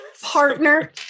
partner